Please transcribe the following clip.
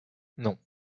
non